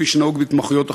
כפי שנהוג בהתמחויות אחרות?